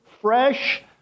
fresh